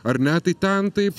ar ne tai ten taip